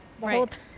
Right